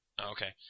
Okay